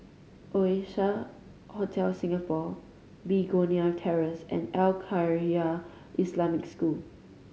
Oasia Hotel Singapore Begonia Terrace and Al Khairiah Islamic School